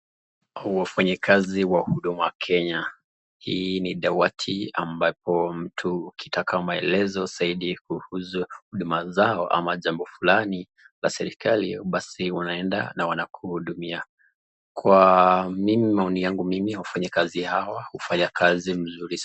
Wafanyikazi wa huduma Kenya, hii ni dawati ambapo mtu ukitaka maelezo zaidi kuhusu huduma zao ama jambo fulani ya serikali unaenda na wanakuhudumia, kwa mimi maoni yangu mimi, wafanyikazi hawa hufanya kazi mzuri sana,